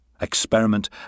Experiment